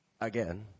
again